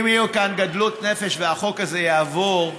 אם תהיה כאן גדלות נפש והחוק הזה יעבור,